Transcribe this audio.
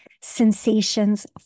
sensations